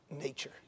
nature